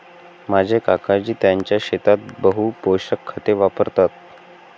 माझे काकाजी त्यांच्या शेतात बहु पोषक खते वापरतात